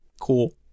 Cool